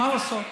מה לעשות?